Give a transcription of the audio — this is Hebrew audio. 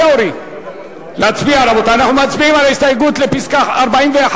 לסעיף 54